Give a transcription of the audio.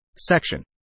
section